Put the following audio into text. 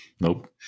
Nope